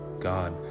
God